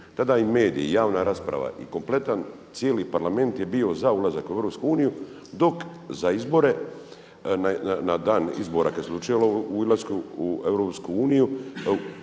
Tada i mediji i javna rasprava i kompletan cijeli Parlament je bio za ulazak u EU dok za izbore na dan izbora kad se odlučivalo o ulasku u EU